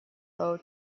low